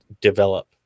develop